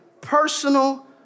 personal